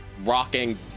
rocking